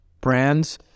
brands